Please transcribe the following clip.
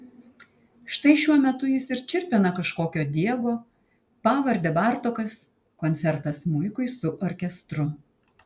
štai šiuo metu jis ir čirpina kažkokio diego pavarde bartokas koncertą smuikui su orkestru